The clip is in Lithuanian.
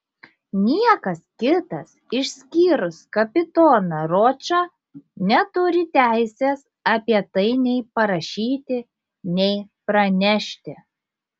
niekas kitas išskyrus kapitoną ročą neturi teisės apie tai nei parašyti nei pranešti